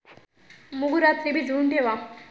मूग रात्री भिजवून ठेवा